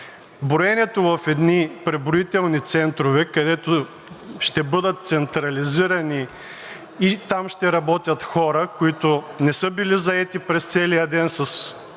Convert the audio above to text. Броенето в едни преброителни центрове, където ще бъдат централизирани и там ще работят хора, които не са били заети през целия ден със